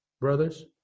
brothers